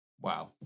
Wow